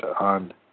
on